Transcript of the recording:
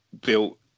built